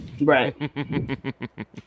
Right